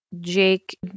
Jake